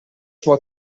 zwar